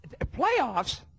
Playoffs